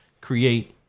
create